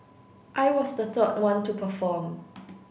I was the third one to perform